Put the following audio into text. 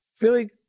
Billy